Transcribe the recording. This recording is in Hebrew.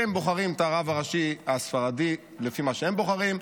אתם בוחרים את הרב הספרדי הראשי לפי מה שהם בוחרים,